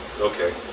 Okay